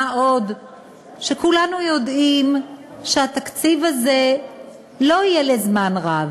מה עוד שכולנו יודעים שהתקציב הזה לא יהיה לזמן רב,